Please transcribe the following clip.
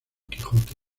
quijote